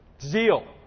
Zeal